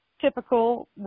typical